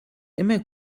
immer